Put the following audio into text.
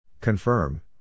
Confirm